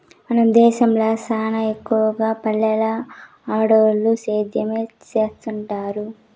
మన దేశంల సానా ఎక్కవగా పల్లెల్ల ఆడోల్లు సేద్యమే సేత్తండారు